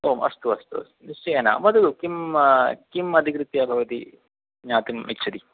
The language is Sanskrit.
ओम् अस्तु अस्तु निश्चयेन वदतु किं किम् अधिकृत्य भवति ज्ञातुम् इच्छति